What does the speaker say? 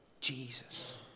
Jesus